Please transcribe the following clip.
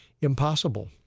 impossible